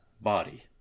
body